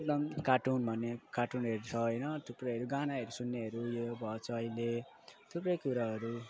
एकदम कार्टुन भन्यो कार्टुन हेर्छ होइन थुप्रै गानाहरू सुन्नेहरू उयो भएको छ अहिले थुप्रै कुराहरू